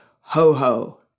Ho-Ho